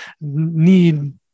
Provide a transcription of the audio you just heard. need